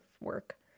work